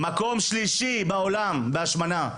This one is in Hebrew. אנחנו מקום שלישי בעולם בהשמנה.